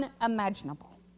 unimaginable